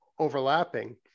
overlapping